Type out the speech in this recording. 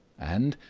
and,